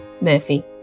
Murphy